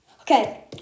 Okay